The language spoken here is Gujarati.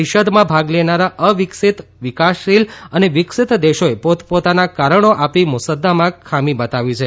પરિષદમાં ભાગ લેનારા અવિકસિત વિકાસશીલ અને વિકસિત દેશોએ પોતપોતાના કારણો આપી મુસદ્દામાં ખામી બતાવી છે